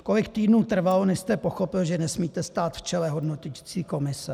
Kolik týdnů trvalo, než jste pochopil, že nesmíte stát v čele hodnoticí komise?